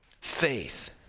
Faith